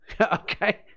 Okay